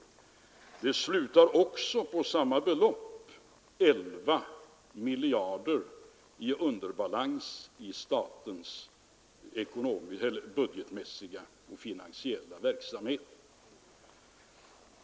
Och de beräkningarna slutar på samma belopp, 11 miljarder i underbalans i statens budgetmässiga och finansiella verksamhet.